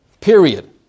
Period